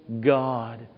God